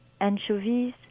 anchovies